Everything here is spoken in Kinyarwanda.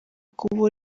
kubo